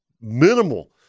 minimal